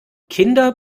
kinder